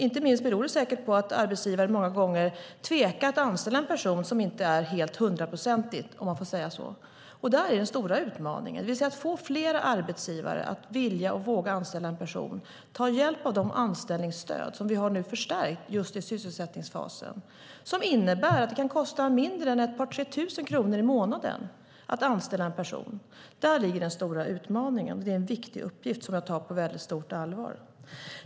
Inte minst beror det säkert på att arbetsgivare många gånger tvekar att anställa en person som inte är helt hundraprocentig, om man får säga så. Detta är den stora utmaningen, det vill säga att få fler arbetsgivare att vilja och våga anställa en person och ta hjälp av de anställningsstöd som vi nu har förstärkt just i sysselsättningsfasen, som innebär att det kan kosta mindre än ett par tre tusen kronor i månaden att anställa en person. Där ligger den stora utmaningen. Det är en viktig uppgift som jag tar på väldigt stort allvar.